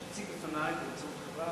שהציג בפני את חברת,